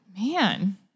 Man